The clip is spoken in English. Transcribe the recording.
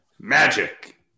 Magic